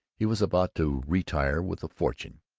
he was about to retire with a fortune.